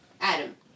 Adam